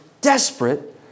desperate